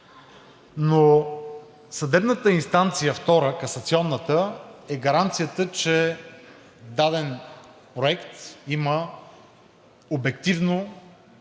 съдебна инстанция – касационната, е гаранцията, че даден проект има обективно